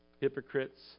hypocrites